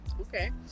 Okay